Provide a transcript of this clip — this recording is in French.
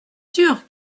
sûr